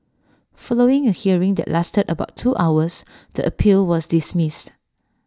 following A hearing that lasted about two hours the appeal was dismissed